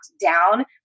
down